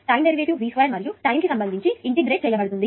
time derivative V2మరియు time కు సంబంధించి ఇంటిగ్రేట్ చేయబడుతుంది